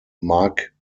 marc